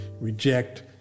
reject